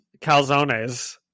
calzones